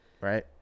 Right